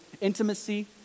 intimacy